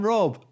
Rob